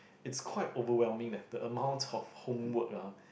it's quite overwhelming leh the amount of homework ah